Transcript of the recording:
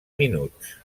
minuts